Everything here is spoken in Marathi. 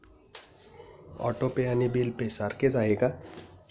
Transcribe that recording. ऑटो पे आणि बिल पे सारखेच आहे का?